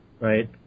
Right